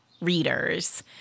readers